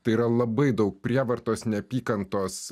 tai yra labai daug prievartos neapykantos